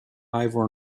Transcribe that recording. ivor